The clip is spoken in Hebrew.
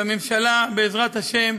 והממשלה, בעזרת השם,